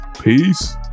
peace